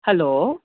hello